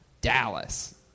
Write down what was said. Dallas